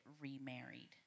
remarried